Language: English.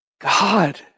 God